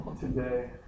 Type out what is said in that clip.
today